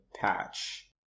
patch